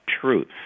truth